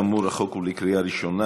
כאמור, החוק הוא לקריאה ראשונה.